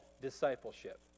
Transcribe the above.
discipleship